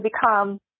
become